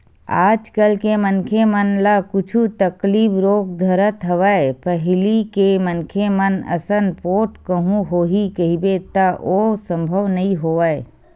आज के मनखे मन ल कुछु तकलीफ रोग धरत हवय पहिली के मनखे मन असन पोठ कहूँ होही कहिबे त ओ संभव नई होवय